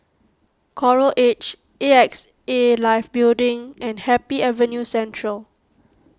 Coral Edge Axa Life Building and Happy Avenue Central